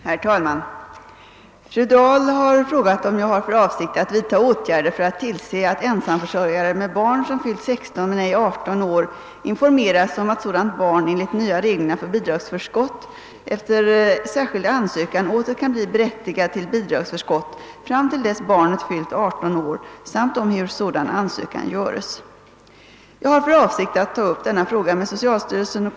Herr talman! Fru Dahl har frågat mig om jag har för avsikt att vidta åtgärder för att tillse att ensamförsörjare med barn som fyllt 16 men ej 18 år informeras om att sådant barn, enligt de nya reglerna om bidragsförskott, efter Jag har för avsikt att ta upp denna fråga med socialstyrelsen och .